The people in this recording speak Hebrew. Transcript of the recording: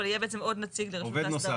אבל הוא יהיה בעצם עוד נציג לרשות ההסדרה.